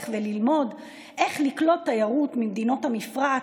וללמוד איך לקלוט תיירות ממדינות המפרץ,